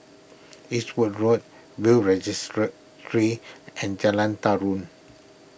Eastwood Road Will's and Jalan Tarum